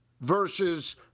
versus